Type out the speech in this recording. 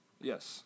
Yes